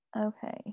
okay